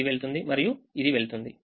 ఇది వెళ్తుంది మరియు ఇది వెళ్తుంది